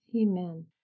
Amen